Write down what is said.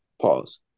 Pause